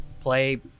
play –